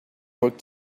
work